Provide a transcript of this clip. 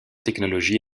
technologies